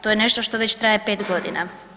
To je nešto što već traje 5 godina.